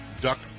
duck